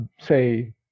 say